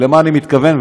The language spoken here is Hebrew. למה אני מתכוון,